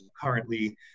currently